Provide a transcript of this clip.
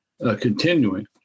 continuing